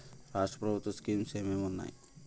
రాష్ట్రం ప్రభుత్వ స్కీమ్స్ ఎం ఎం ఉన్నాయి?